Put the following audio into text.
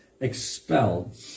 expelled